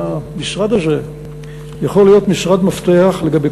שהמשרד הזה יכול להיות משרד מפתח לגבי